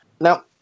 Now